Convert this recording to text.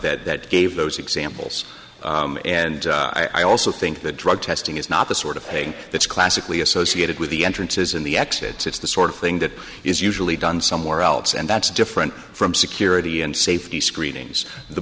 that gave those examples and i also think that drug testing is not the sort of thing that's classically associated with the entrances in the exits it's the sort of thing that is usually done somewhere else and that's different from security and safety screenings the